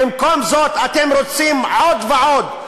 במקום זאת אתם רוצים עוד ועוד.